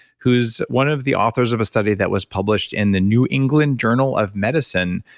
who is one of the authors of a study that was published in the new england journal of medicine,